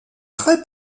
très